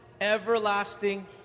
Everlasting